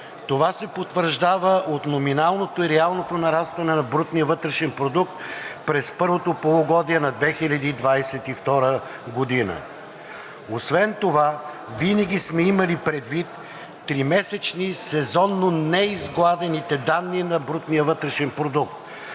Това се потвърждава от номиналното и реалното нарастване на брутния вътрешен продукт през първото полугодие на 2022 г. Освен това винаги сме имали предвид тримесечни сезонно неизгладените данни на брутния вътрешен продукт